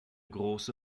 große